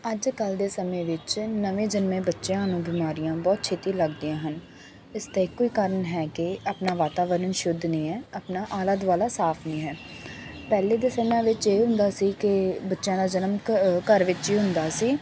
ਅੱਜ ਕੱਲ੍ਹ ਦੇ ਸਮੇਂ ਵਿੱਚ ਨਵੇਂ ਜੰਮੇ ਬੱਚਿਆਂ ਨੂੰ ਬਿਮਾਰੀਆਂ ਬਹੁਤ ਛੇਤੀ ਲੱਗਦੀਆਂ ਹਨ ਇਸ ਦਾ ਇੱਕੋ ਹੀ ਕਾਰਨ ਹੈ ਕਿ ਆਪਣਾ ਵਾਤਾਵਰਨ ਸ਼ੁੱਧ ਨਹੀਂ ਹੈ ਆਪਣਾ ਆਲਾ ਦੁਆਲਾ ਸਾਫ ਨਹੀਂ ਹੈ ਪਹਿਲੇ ਦੇ ਸਮਿਆਂ ਵਿੱਚ ਇਹ ਹੁੰਦਾ ਸੀ ਕਿ ਬੱਚਿਆਂ ਦਾ ਜਨਮ ਘ ਘਰ ਵਿੱਚ ਹੀ ਹੁੰਦਾ ਸੀ